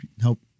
help